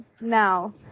now